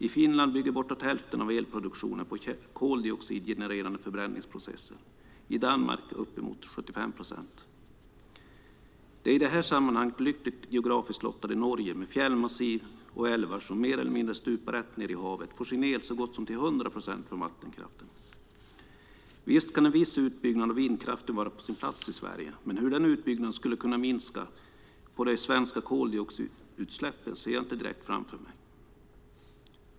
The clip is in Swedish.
I Finland bygger bortåt hälften av elproduktionen på koldioxidgenererande förbränningsprocesser, och i Danmark är det uppemot 75 procent. Det i det här sammanhanget geografiskt sett lyckligt lottade Norge, med fjällmassiv och älvar som mer eller mindre stupar rätt ned i havet, får sin el så gott som till hundra procent från vattenkraften. Visst kan en viss utbyggnad av vindkraften vara på sin plats i Sverige, men hur den utbyggnaden skulle kunna minska de svenska koldioxidutsläppen ser jag inte direkt framför mig.